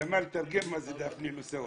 ג'מאל, תרגם מה זה "דאפנינהו סווא".